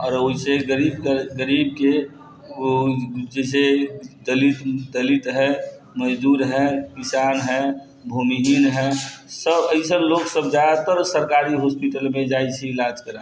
आओर वइसे गरीबके ओ जइसे दलित दलित हइ मजदूर हइ किसान हइ भूमिहीन हइ सब अइसन लोकसब ज्यादातर सरकारी हॉस्पिटलमे जाइ छी इलाज कराबैलए